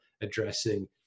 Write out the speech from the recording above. addressing